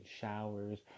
showers